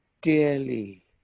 Dearly